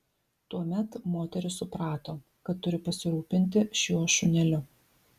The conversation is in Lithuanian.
tuomet moteris suprato kad turi pasirūpinti šiuo šuneliu